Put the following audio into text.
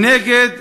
מנגד,